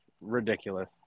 ridiculous